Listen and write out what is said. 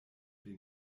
den